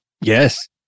Yes